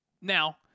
Now